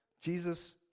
Jesus